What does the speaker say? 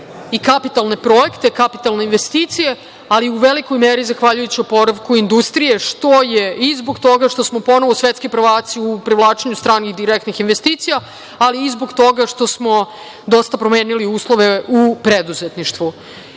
i kapitalne projekte, kapitalne investicije, ali i u velikoj meri zahvaljujući oporavku industrije, što je i zbog toga što smo ponovo svetski prvaci u privlačenju stranih direktnih investicija, ali i zbog toga što smo dosta promenili uslove u preduzetništvu. Konačno,